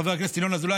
חבר הכנסת ינון אזולאי,